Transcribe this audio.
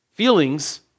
Feelings